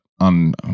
On